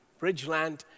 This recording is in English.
Bridgeland